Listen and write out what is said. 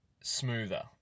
smoother